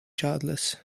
childless